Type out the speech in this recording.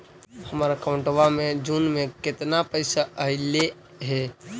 हमर अकाउँटवा मे जून में केतना पैसा अईले हे?